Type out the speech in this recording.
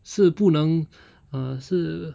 是不能 err 是